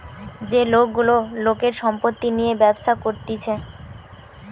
যে লোক গুলা লোকের সম্পত্তি নিয়ে ব্যবসা করতিছে